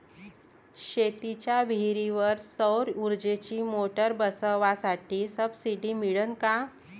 शेतीच्या विहीरीवर सौर ऊर्जेची मोटार बसवासाठी सबसीडी मिळन का?